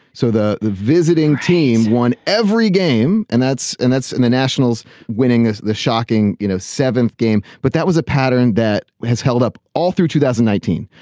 so the the visiting team won every game and that's and that's and the nationals winning ah the shocking you know seventh game but that was a pattern that has held up all through two thousand and nineteen.